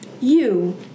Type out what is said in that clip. You